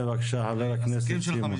כן בבקשה, חבר הכנסת סימון.